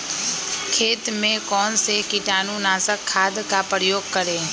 खेत में कौन से कीटाणु नाशक खाद का प्रयोग करें?